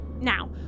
Now